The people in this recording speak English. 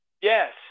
Yes